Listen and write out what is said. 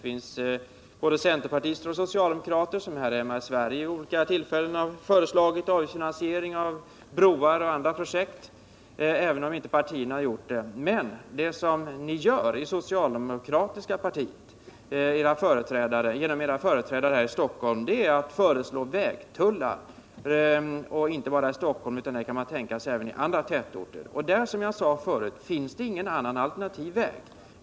Här hemma har både centerpartister och socialdemokrater vid olika tillfällen föreslagit avgiftsfinansiering av broar och andra projekt — låt vara att partierna som sådana inte har lagt fram dessa förslag. Men i Stockholm föreslår socialdemokraterna införande av vägtullar. Detta gäller f. ö. inte bara Stockholm, utan man kan tänka sig detta system även i andra tätorter. I det fallet finns det, som jag sade förut, ingen alternativväg att välja.